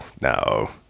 no